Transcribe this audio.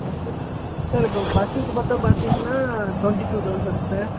yes sir sir இப்போ பஸ்ஸுக்கு மட்டும் பார்த்திங்கன்னா டொன்ட்டி டு தௌசண்ட் சார்